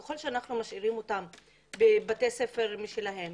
ככל שאנחנו משאירים אותם בבתי ספר משלהם,